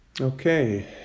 Okay